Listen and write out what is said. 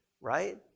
right